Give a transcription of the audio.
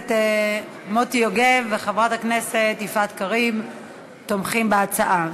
הכנסת מוטי יוגב וחברת הכנסת יפעת קריב תומכים בהצעה.